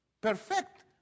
perfect